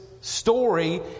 story